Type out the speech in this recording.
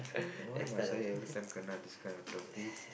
why must I I every time cannot this kinda topic